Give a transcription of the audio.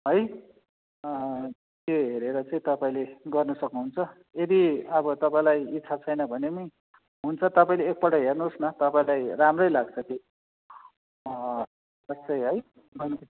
है त्यो हेरेर चाहिँ तपाईँले गर्न सक्नुहुन्छ यदि अब तपाईँलाई इच्छा छैन भने पनि हुन्छ तपाईँले एकपल्ट हेर्नुहोस् न तपाईँलाई राम्रै लाग्छ त्यो